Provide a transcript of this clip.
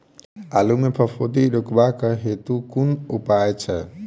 आलु मे फफूंदी रुकबाक हेतु कुन उपाय छै?